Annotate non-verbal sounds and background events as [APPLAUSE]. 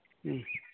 ᱦᱮᱸ [UNINTELLIGIBLE]